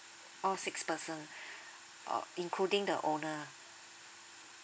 oh six person oh including the owner ah